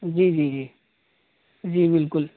جی جی جی جی بالکل